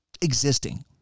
existing